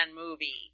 movie